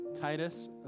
Titus